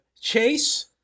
chase